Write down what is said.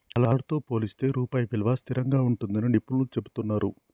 dollar తో పోలిస్తే రూపాయి విలువ స్థిరంగా ఉంటుందని నిపుణులు చెబుతున్నరు